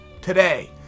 today